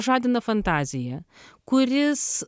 žadina fantaziją kuris